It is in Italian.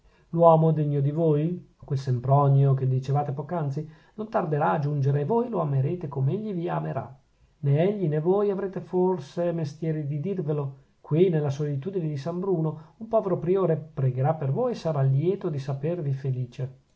l'uomo degno di voi quel sempronio che dicevate poc'anzi non tarderà a giungere e voi lo amerete com'egli vi amerà nè egli nè voi avrete forse mestieri di dirvelo qui nella solitudine di san bruno un povero priore pregherà per voi e sarà lieto di sapervi felice